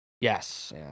Yes